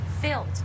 filled